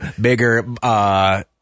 bigger